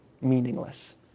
meaningless